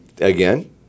again